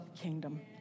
kingdom